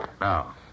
Now